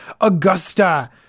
Augusta